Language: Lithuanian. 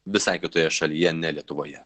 visai kitoje šalyje ne lietuvoje